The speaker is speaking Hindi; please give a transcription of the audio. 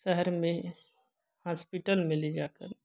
शहर में हास्पिटल में ले जाकर